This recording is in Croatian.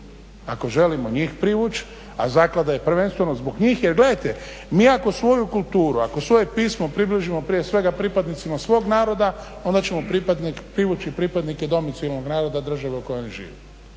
ako želimo njih privući, a zaklada je prvenstveno zbog njih. Jer gledajte, mi ako svoju kulturu, ako svoje pismo približimo prije svega pripadnicima svog naroda onda ćemo privući i pripadnike domicilnog naroda države u kojoj živimo.